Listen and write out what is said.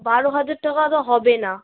বারো হাজার টাকা তো হবে না